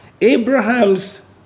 Abraham's